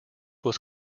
was